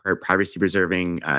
privacy-preserving